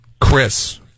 Chris